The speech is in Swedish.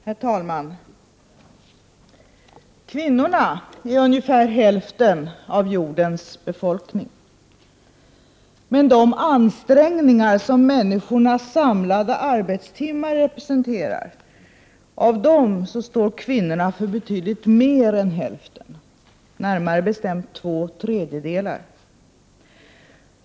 Herr talman! Kvinnorna är ungefär hälften av jordens befolkning. Men av de ansträngningar som människornas samlade arbetstimmar representerar står de för betydligt mer än hälften — närmare bestämt två tredjedelar.